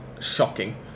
shocking